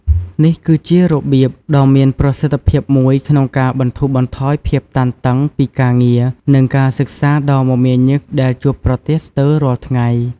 នេះគឺជារបៀបដ៏មានប្រសិទ្ធភាពមួយក្នុងការបន្ធូរបន្ថយភាពតានតឹងពីការងារនិងការសិក្សាដ៏មមាញឹកដែលជួបប្រទះស្ទើររាល់ថ្ងៃ។